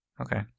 okay